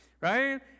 right